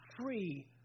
free